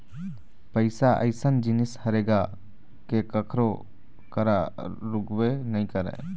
पइसा अइसन जिनिस हरे गा के कखरो करा रुकबे नइ करय